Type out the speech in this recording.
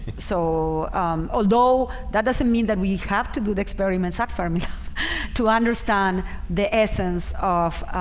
so although that doesn't mean that we have to do the experiments at fermi to understand the essence of